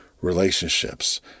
relationships